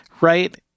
right